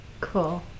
Cool